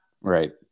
Right